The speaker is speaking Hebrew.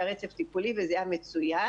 היה רצף טיפולי וזה היה מצוין.